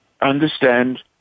understand